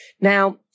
Now